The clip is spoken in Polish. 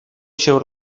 się